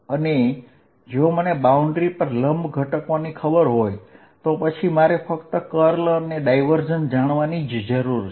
અને જો મને બાઉન્ડ્રી પર લંબ ઘટક ખબર હોય તો પછી મારે ફક્ત કર્લ અને ડાયવર્જન્સ જાણવાની જરૂર છે